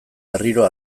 berriro